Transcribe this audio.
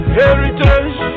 heritage